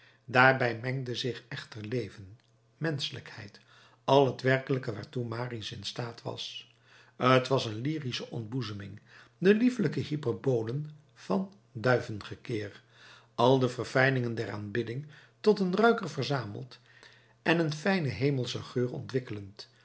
daarbij mengde zich echter leven menschelijkheid al het werkelijke waartoe marius in staat was t was een lyrische ontboezeming de liefelijke hyperbolen van duivengekir al de verfijningen der aanbidding tot een ruiker verzameld en een fijnen hemelschen geur ontwikkelend